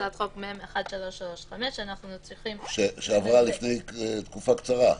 הצעת חוק מ/1335 --- שעברה לפני תקופה קצרה,